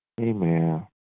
Amen